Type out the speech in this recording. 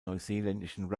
neuseeländischen